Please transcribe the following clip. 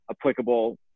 applicable